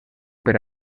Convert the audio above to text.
per